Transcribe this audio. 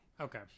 okay